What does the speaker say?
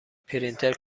پرینتر